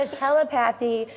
telepathy